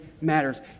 matters